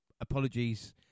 apologies